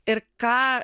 ir ką